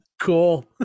Cool